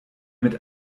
mit